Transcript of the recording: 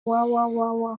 www